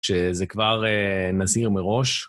שזה כבר נזהיר מראש.